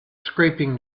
scraping